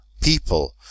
people